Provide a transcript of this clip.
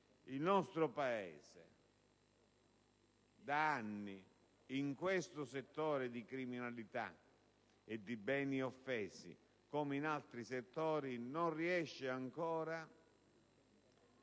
il nostro Paese da anni, in questo settore di criminalità e di beni offesi come in altri settori, non riesce ancora ad